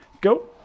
go